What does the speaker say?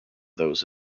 those